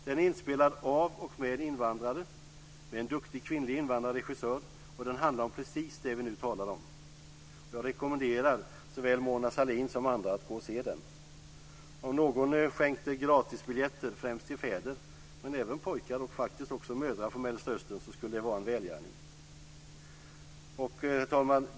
Den är inspelad av och med invandrare och med en duktig kvinnlig invandrad regissör, och den handlar om precis det vi nu talar om. Jag rekommenderar såväl Mona Sahlin som andra att gå och se den. Om någon skänkte gratisbiljetter främst till fäder, men även till pojkar och faktiskt också mödrar, från Mellersta Östern så skulle det vara en välgärning. Herr talman!